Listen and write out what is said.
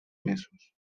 mesos